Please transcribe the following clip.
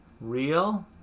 Real